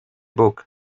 book